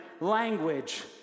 language